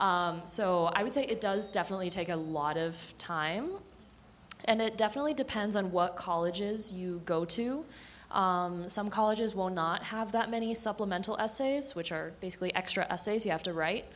so i would say it does definitely take a lot of time and it definitely depends on what colleges you go to some colleges will not have that many supplemental which are basically extra essays you have to write